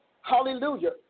hallelujah